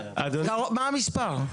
מה המספר?